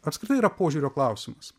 apskritai yra požiūrio klausimas